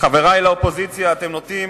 חברי באופוזיציה, אתם נוטים